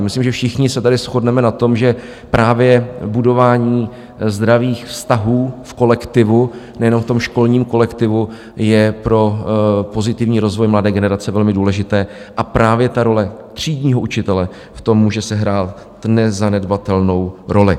Myslím, že všichni se tady shodneme na tom, že právě budování zdravých vztahů v kolektivu, nejenom v tom školním kolektivu, je pro pozitivní rozvoj mladé generace velmi důležité, a právě ta role třídního učitele v tom může sehrát nezanedbatelnou roli.